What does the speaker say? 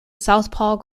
southpaw